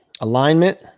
Alignment